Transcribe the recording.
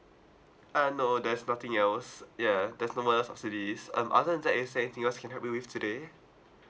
uh no there's nothing else yeah there's no more else subsidies um other than that is there anything else I can help you with today